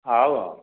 ହଉ ହଉ